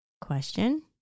question